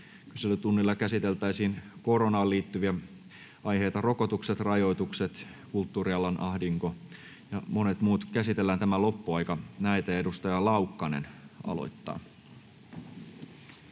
kyselytunnilla käsiteltäisiin koronaan liittyviä aiheita: rokotukset, rajoitukset, kulttuurialan ahdinko ja monet muut. Käsitellään tämä loppuaika näitä, ja edustaja Laukkanen aloittaa.